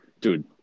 Dude